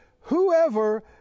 whoever